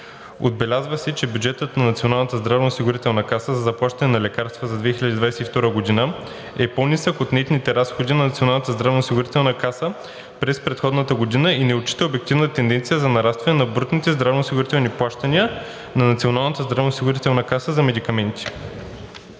здравноосигурителна каса за заплащане на лекарства за 2022 г. е по нисък от нетните разходи на НЗОК през предходната година и не отчита обективните тенденции за нарастване на брутните здравноосигурителни плащания на НЗОК за медикаменти.